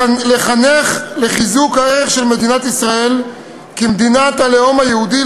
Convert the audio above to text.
לחנך לחיזוק הערך של מדינת ישראל כמדינת הלאום היהודי,